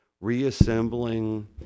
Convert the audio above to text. reassembling